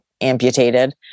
amputated